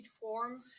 form